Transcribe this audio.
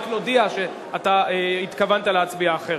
רק נודיע שאתה התכוונת להצביע אחרת.